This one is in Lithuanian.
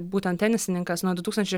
būtent tenisininkas nuo du tūkstančia